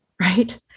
Right